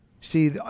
See